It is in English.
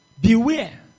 beware